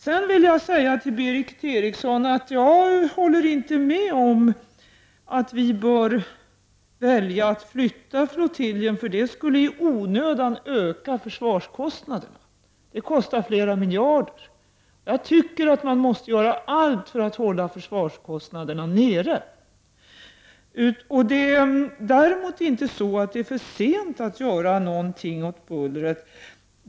Till Berith Eriksson vill jag säga att jag inte håller med om att vi bör flytta flottiljen, för det skulle i onödan öka försvarskostnaderna. Det kostar flera miljarder. Jag tycker att man måste göra allt för att hålla försvarskostnaderna nere. Däremot är det inte för sent att göra någonting åt bullret.